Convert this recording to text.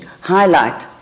highlight